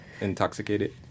intoxicated